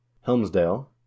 Helmsdale